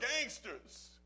gangsters